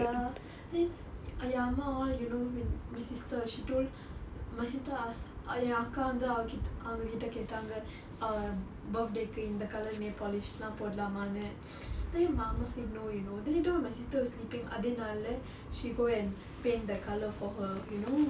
ya then என் அம்மா:en amma all you know when my sister she told my sister ask என் அக்கா அவங்க கிட்டே கேட்டாங்க:en akkaa avange kite ketange err birthday க்கு இந்த:kku intha colour nail polish எல்லாம் போடலாமான்னு:ellam podalaamaanu then my mama say no you know then my sister was sleeping அதே நாள்லே:athe naalle she go and paint the colour for her you know